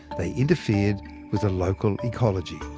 they interfered with the local ecology.